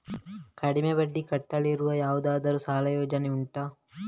ಕಡಿಮೆ ಬಡ್ಡಿ ಕಟ್ಟಲಿಕ್ಕಿರುವ ಯಾವುದಾದರೂ ಸಾಲ ಯೋಜನೆ ಉಂಟಾ